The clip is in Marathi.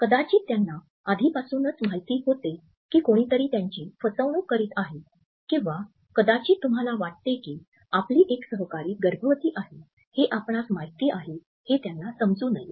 कदाचित त्यांना आधीपासूनच माहित होते की कोणीतरी त्यांची फसवणूक करीत आहे किंवा कदाचित तुम्हाला वाटते की आपली एक सहकारी गर्भवती आहे हे आपणास माहित आहे हे त्यांना समजू नये